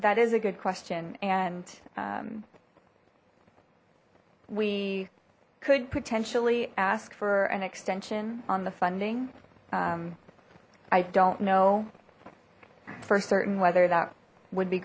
that is a good question and we could potentially ask for an extension on the funding i don't know for certain whether that would be